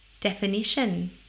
definition